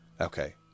Okay